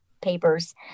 papers